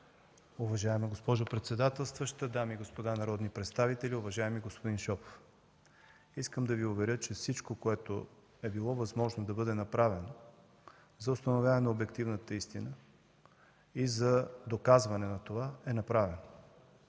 Уважаема госпожо председателстваща, дами и господа народни представители! Уважаеми господин Шопов, искам да Ви уверя, че всичко, което е било възможно да бъде направено за установяване на обективната истина и за доказване на това, е направено.